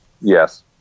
Yes